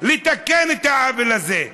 לתקן את העוול הזה.